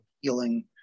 healing